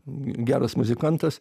geras muzikantas